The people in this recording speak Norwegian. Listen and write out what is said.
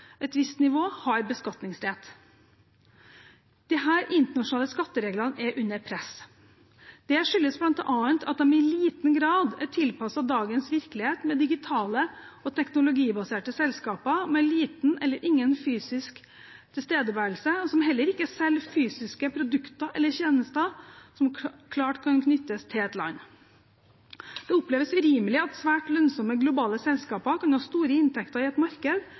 et visst nivå, har beskatningsrett. Disse internasjonale skattereglene er under press. Det skyldes bl.a. at de i liten grad er tilpasset dagens virkelighet med digitale og teknologibaserte selskaper med liten eller ingen fysisk tilstedeværelse, og som heller ikke selger fysiske produkter eller tjenester som klart kan knyttes til et land. Det oppleves urimelig at svært lønnsomme globale selskaper kan ha store inntekter i et marked,